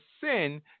sin